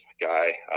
guy